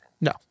No